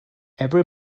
every